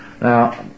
Now